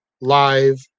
live